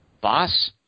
Boss